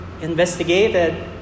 investigated